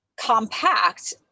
compact